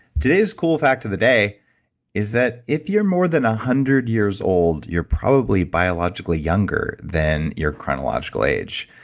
today's cool fact of the day is that if you're more than a hundred years old, you're probably biologically younger than your chronological age.